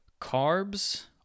carbs